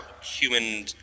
human